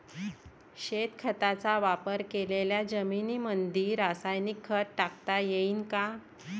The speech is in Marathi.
शेणखताचा वापर केलेल्या जमीनीमंदी रासायनिक खत टाकता येईन का?